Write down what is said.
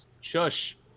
shush